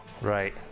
Right